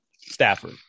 Stafford